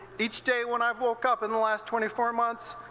each day when i have woke up in the last twenty four month,